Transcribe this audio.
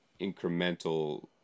incremental